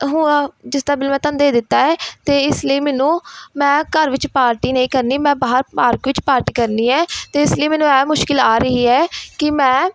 ਹੁਣ ਜਿਸ ਦਾ ਬਿਲ ਮੈਂ ਤੁਹਾਨੂੰ ਦੇ ਦਿੱਤਾ ਹੈ ਅਤੇ ਇਸ ਲਈ ਮੈਨੂੰ ਮੈਂ ਘਰ ਵਿੱਚ ਪਾਰਟੀ ਨਹੀਂ ਕਰਨੀ ਮੈਂ ਬਾਹਰ ਪਾਰਕ ਵਿੱਚ ਪਾਰਟੀ ਕਰਨੀ ਹੈ ਅਤੇ ਇਸ ਲਈ ਮੈਨੂੰ ਇਹ ਮੁਸ਼ਕਲ ਆ ਰਹੀ ਹੈ ਕਿ ਮੈਂ